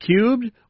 Cubed